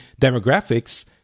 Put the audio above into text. demographics